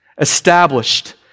established